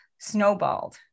snowballed